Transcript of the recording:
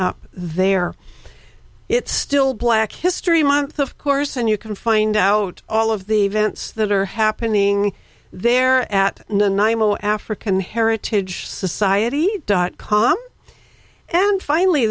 up there it's still black history month of course and you can find out all of the events that are happening there at nine zero african heritage society dot com and finally